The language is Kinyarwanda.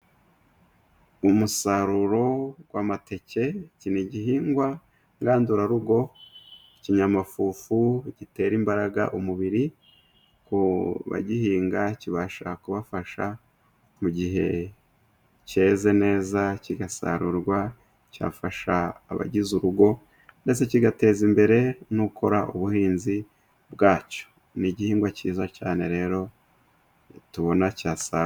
Umusaruro w'amateke iki ni igihingwa ngandurarugo, ikinyamafufu gitera imbaraga umubiri, ku bagihinga kibasha kubafasha mu gihe cyeze neza kigasarurwa, cyafasha abagize urugo, ndetse kigateza imbere n'ukora ubuhinzi bwacyo. Ni igihingwa cyiza cyane rero tubona cyasa...